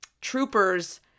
troopers